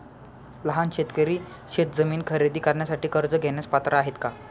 लहान शेतकरी शेतजमीन खरेदी करण्यासाठी कर्ज घेण्यास पात्र आहेत का?